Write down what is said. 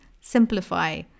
simplify